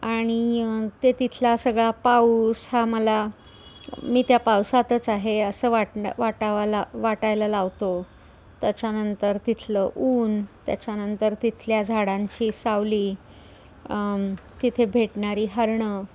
आणि ते तिथला सगळा पाऊस हा मला मी त्या पावसातच आहे असं वाटणं वाटावाला वाटायला लावतो त्याच्यानंतर तिथलं ऊन त्याच्यानंतर तिथल्या झाडांची सावली तिथे भेटणारी हरणं